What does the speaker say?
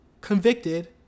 convicted